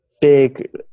big